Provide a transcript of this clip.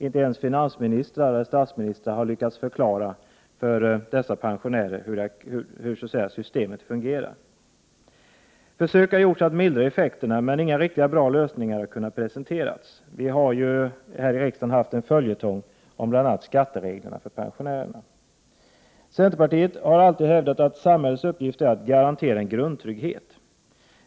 Inte ens finansministrar eller statsministrar har lyckats förklara för dessa pensionärer hur systemet fungerar. Försök har gjorts att mildra effekterna, men inga riktigt bra lösningar har kunnat presenteras. Här i riksdagen har vi haft en följetong, bl.a. när det gäller skattereglerna för pensionärerna. Vii centerpartiet har alltid hävdat att samhällets uppgift är att garantera en grundtrygghet.